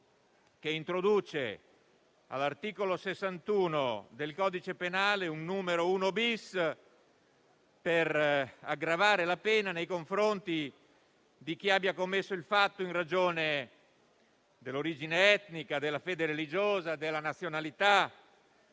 che introduce all'articolo 61 del codice penale il punto 1-*bis* per aggravare la pena nei confronti di chi abbia commesso il fatto in ragione dell'origine etnica, della fede religiosa, della nazionalità,